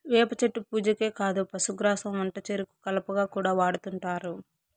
వేప చెట్టు పూజకే కాదు పశుగ్రాసం వంటచెరుకు కలపగా కూడా వాడుతుంటారు